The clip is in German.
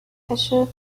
esche